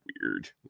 Weird